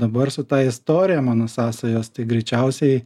dabar su ta istorija mano sąsajos tai greičiausiai